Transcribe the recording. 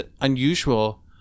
unusual